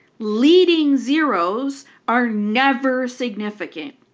leading zeroes are never significant.